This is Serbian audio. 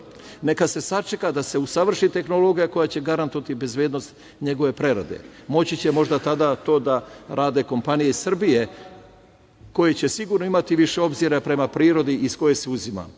Neka se sačeka da se usavrši tehnologija koja će garantovati bezbednost njegove prerade. Moći će možda tada to da rade kompanije iz Srbije koje će sigurno imati više obzira prema prirodi iz koje se